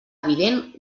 evident